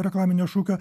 reklaminio šūkio